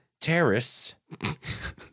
terrorists